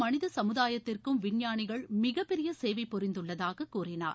மனித சமுதாயத்திற்கும் விஞ்ஞானிகள் மிகப்பெரிய சேவை புரிந்துள்ளதாக கூறினார்